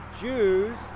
Jews